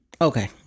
okay